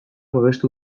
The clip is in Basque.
babestu